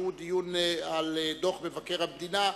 שהוא דיון על דוח מבקר המדינה,